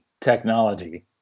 technology